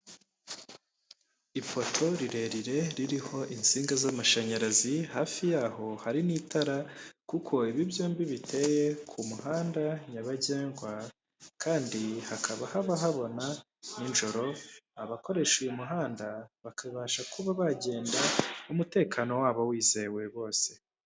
Ipoto rirerire ririho insinga z'amashanyarazi hafi yaho hari n'itara kuko ibi byombi biteye ku muhanda nyabagendwa, kandi hakaba haba habona n'ijoro abakoresha uyu muhanda bakabasha kuba bagenda umutekano wabo wizewe bose.